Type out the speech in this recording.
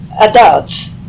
adults